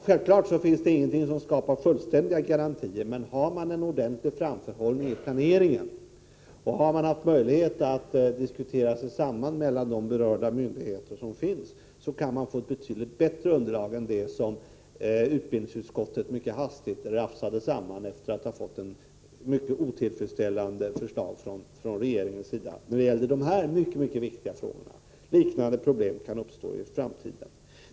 Självfallet finns det ingenting som skapar fullständiga garantier, men om man har en ordentlig framförhållning i planeringen och berörda myndigheter har haft möjligheter | att diskutera sig samman kan vi få ett betydligt bättre underlag än det som utbildningsutskottet mycket hastigt rafsade ihop efter att — i dessa mycket viktiga frågor — ha fått ett mycket otillfredsställande förslag från regeringens sida. Liknande problem kan uppstå i framtiden.